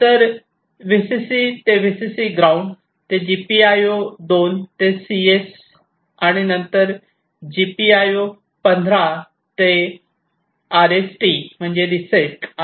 नंतर व्हीसीसी ते VCC ground ते जीपीआयओ 2 ते सीएस आणि नंतर जीपीआयओ 15 ते आरएसटी म्हणजे रीसेट